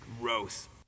Gross